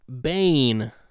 Bane